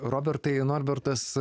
robertai norbertas